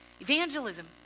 evangelism